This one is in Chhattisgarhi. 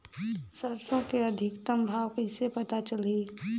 सरसो के अधिकतम भाव कइसे पता चलही?